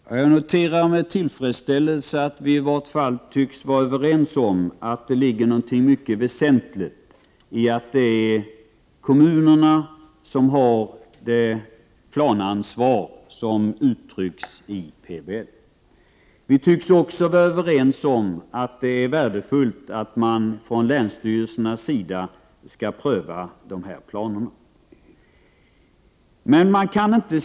Herr talman! Jag noterar med tillfredsställelse att vi i vart fall tycks vara överens om att det ligger något mycket väsentligt i att det är kommunerna som har det planansvar som uttrycks i PBL. Vi tycks också vara överens om att det är värdefullt att man från länsstyrelsernas sida skall pröva dessa planer.